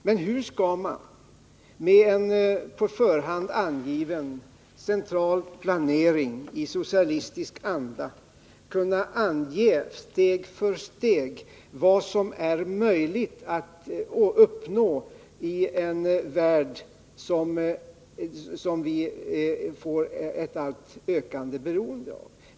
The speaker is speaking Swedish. Men hur skall man med en på förhand angiven central planering i socialistisk anda steg för steg kunna ange vad som är möjligt att uppnå i en värld som vi blir alltmer beroende av?